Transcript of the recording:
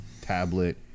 tablet